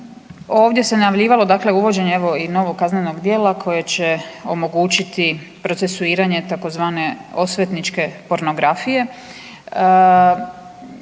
Ovdje se najavljivalo, dakle uvođenje evo i novog kaznenog djela koje će omogućiti procesuiranje tzv. osvetničke pornografije,